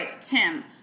Tim